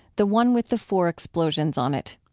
the one with the four explosions on it.